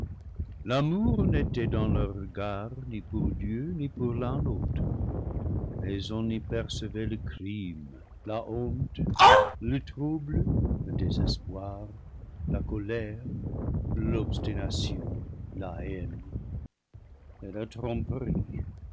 l'amour n'était dans leurs regards ni pour dieu ni pour l'un l'autre mais on y apercevait le crime la honte le trouble le désespoir la colère l'obstination la haine